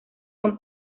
son